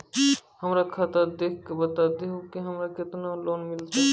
हमरा खाता देख के बता देहु के हमरा के केतना लोन मिलथिन?